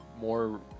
more